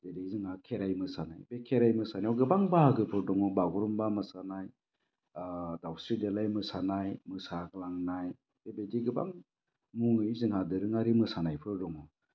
जेरै जोंहा खेराइ मोसानाय बे खेराइ मोसानायाव गोबां बाहागोफोर दङ बागुरुम्बा मोसानाय ओ दावस्रि देलाइ मोसानाय मोसाग्लांनाय बेबायदि गोबां मुङै जोंहा दोरोङारि मोसानायफोर दङ